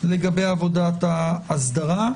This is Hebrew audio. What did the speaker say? עבודת האסדרה.